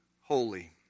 holy